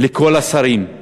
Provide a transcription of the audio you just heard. לכל השרים,